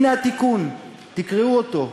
הנה התיקון, תקראו אותו.